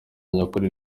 nyakuri